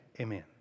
Amen